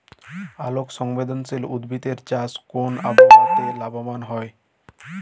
আলোক সংবেদশীল উদ্ভিদ এর চাষ কোন আবহাওয়াতে লাভবান হয়?